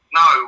no